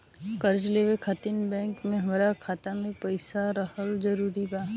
कर्जा लेवे खातिर बैंक मे हमरा खाता मे पईसा रहल जरूरी बा?